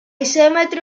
cemetery